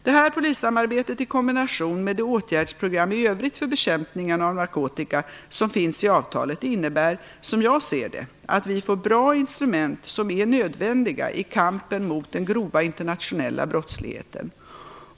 Detta polissamarbete i kombination med det åtgärdsprogram i övrigt för bekämpningen av narkotika som finns i avtalet innebär, som jag ser det, att vi får bra instrument, som är nödvändiga i kampen mot den grova internationella brottsligheten.